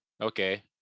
Okay